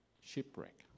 shipwreck